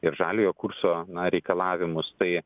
ir žaliojo kurso na reikalavimus tai